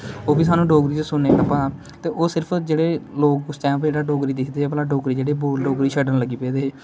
ओ बी स्हानू डोगरी च सुनने च लब्भा दा ते ओह् सिर्फ जेहडे़ लोग उस टाइम उप्पर जेहड़ा डोगरी दिक्खदे हे भला डोगरी जेहडे़ बोलदे हे डोगरी छड्डन लग्गी पेदे हे